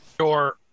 Sure